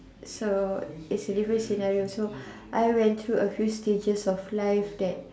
so is a different scenario so I went through a few stages of life that